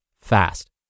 fast